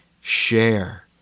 share